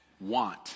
want